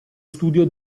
studio